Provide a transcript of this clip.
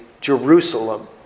Jerusalem